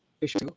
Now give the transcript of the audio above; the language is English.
issue